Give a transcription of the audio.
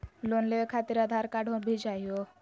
Loan लेवे खातिरआधार card भी चाहियो?